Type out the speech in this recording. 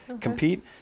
compete